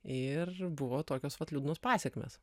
ir buvo tokios vat liūdnos pasekmės